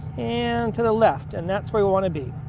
and to the left and that's where we want to be.